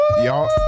y'all